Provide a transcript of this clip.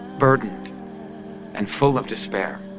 burdened and full of despair,